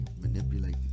manipulate